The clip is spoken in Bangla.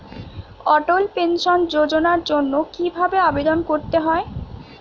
অটল পেনশন যোজনার জন্য কি ভাবে আবেদন করতে হয়?